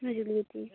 নজরুলগীতি